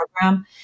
program